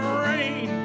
rain